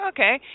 Okay